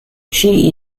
she